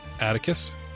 Atticus